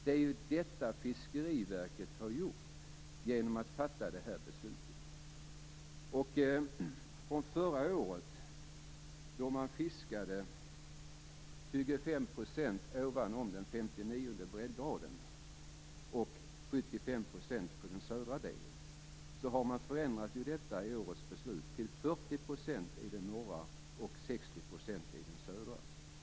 Det är ju det Fiskeriverket har varit genom att fatta det här beslutet. Sedan förra året, då man fiskade 25 % ovan den 59:e breddgraden och 75 % på den södra delen, har man förändrat fördelningen i årets beslut till 40 % i den norra delen och 60 % i den södra.